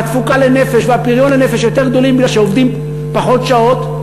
והתפוקה לנפש והפריון לנפש יותר גדולים מפני שעובדים פחות שעות.